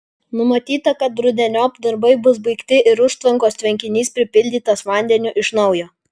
numatyta kad rudeniop darbai bus baigti ir užtvankos tvenkinys pripildytas vandeniu iš naujo